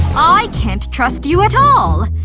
ah i can't trust you at all.